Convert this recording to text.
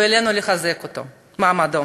ועלינו לחזק את מעמדו.